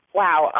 wow